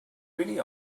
really